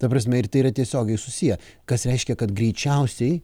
ta prasme ir tai yra tiesiogiai susiję kas reiškia kad greičiausiai